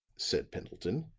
said pendleton.